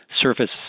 surface